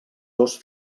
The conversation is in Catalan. dos